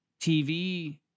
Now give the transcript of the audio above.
TV